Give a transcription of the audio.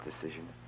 decision